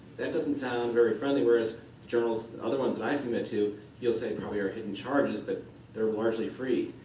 that doesn't sound very friendly, whereas journals other ones that i submit to you'll say probably are hidden charges, but they're largely free.